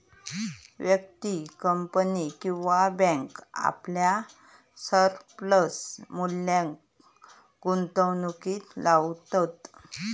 व्यक्ती, कंपनी किंवा बॅन्क आपल्या सरप्लस मुल्याक गुंतवणुकीत लावतत